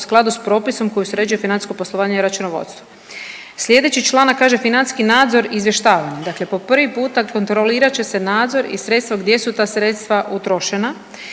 u skladu s propisom koji sređuje financijsko poslovanje i računovodstvo. Sljedeći članak kaže, financijski nadzor izvještavanjem, dakle po prvi puta kontrolirat će se nadzor i sredstva, gdje su ta sredstva utrošena